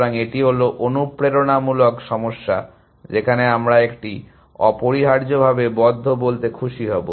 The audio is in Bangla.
সুতরাং এটি হল অনুপ্রেরণামূলক সমস্যা যেখানে আমরা একটি অপরিহার্যভাবে বদ্ধ বলতে খুশি হব